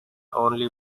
only